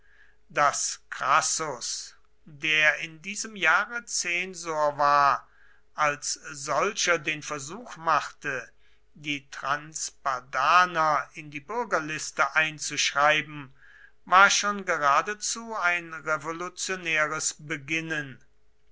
daß crassus der in diesem jahre zensor war als solcher den versuch machte die transpadaner in die bürgerliste einzuschreiben war schon geradezu ein revolutionäres beginnen